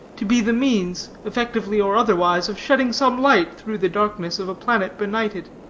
to be the means, effectively or otherwise, of shedding some light through the darkness of a planet benighted.